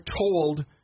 told